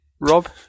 Rob